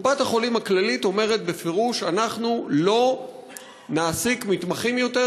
קופת-החולים הכללית אומרת בפירוש: אנחנו לא נעסיק מתמחים יותר,